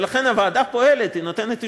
ולכן, הוועדה פועלת, היא נותנת אישורים,